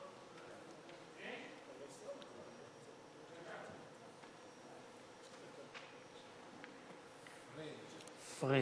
פריג',